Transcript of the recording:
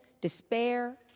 despair